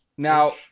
Now